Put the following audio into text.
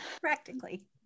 practically